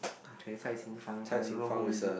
okay Cai-Xin-Fan I don't know who is it